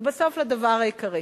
ובסוף לדבר העיקרי,